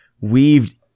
weaved